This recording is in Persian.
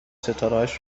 ستارههاش